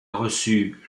reçu